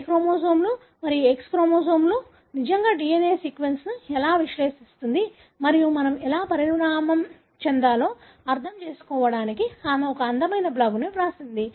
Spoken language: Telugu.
Y క్రోమోజోమ్లు మరియు X క్రోమోజోమ్లు నిజంగా DNA సీక్వెన్స్ని ఎలా విశ్లేషించడానికి మరియు మనం ఎలా పరిణామం చెందాలో అర్థం చేసుకోవడానికి ఆమె ఒక అందమైన బ్లాగును వ్రాసింది